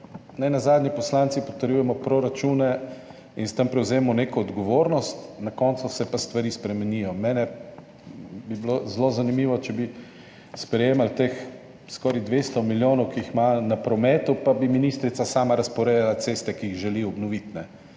nenazadnje poslanci potrjujemo proračune in s tem prevzemamo neko odgovornost, na koncu se pa stvari spremenijo. Meni bi bilo zelo zanimivo, če bi sprejemali teh skoraj 200 milijonov, ki jih imajo na prometu, pa bi ministrica sama razporejala ceste, ki jih želi obnoviti.